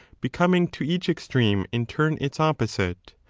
becoming to each extreme in turn its opposite.